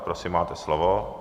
Prosím, máte slovo.